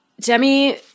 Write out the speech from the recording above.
Demi